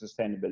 sustainability